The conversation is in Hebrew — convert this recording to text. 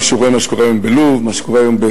מי שרואה מה שקורה היום בלוב, מה שקורה בסוריה,